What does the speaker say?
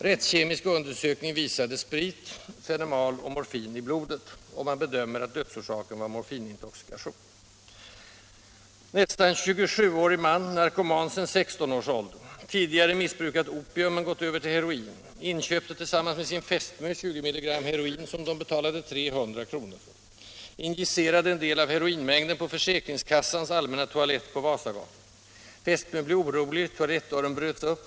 Rättskemisk undersökning visade sprit, fenemal och morfin i blodet, och man bedömer att dödsorsaken var morfinintoxikation. Nästa exempel: En 27-årig man, narkoman sedan 16-årsåldern, som tidigare missbrukat opium men gått över till heroin, inköpte tillsammans med sin fästmö 20 milligram heroin, som de betalade 300 kr. för. Injicerade en del av heroinmängden på försäkringskassans allmänna toalett vid Vasagatan. Fästmön blev orolig, toalettdörren bröts upp.